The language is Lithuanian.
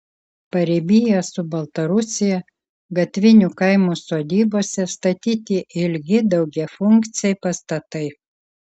paribyje su baltarusija gatvinių kaimų sodybose statyti ilgi daugiafunkciai pastatai